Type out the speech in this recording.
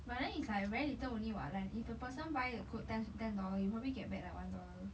but then is like very little only [what] like if a person buy the clothe~ ten ten dollar you probably get back like one dollar ya but I still money